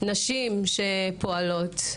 נשים שפועלות.